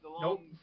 Nope